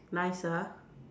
nice ah